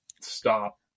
stop